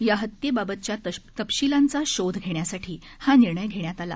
या हत्येबाबतच्या तपशीलांचा शोध घेण्यासाठी हा निर्णय घेण्यात आला